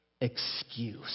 excuse